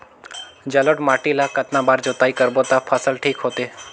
जलोढ़ माटी ला कतना बार जुताई करबो ता फसल ठीक होती?